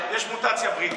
אמר: יש מוטציה בריטית,